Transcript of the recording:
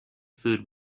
food